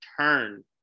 turn